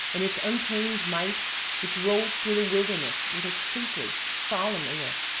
in its untamed might it rolls through the wilderness with a stately, solemn air,